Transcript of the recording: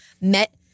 met